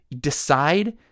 decide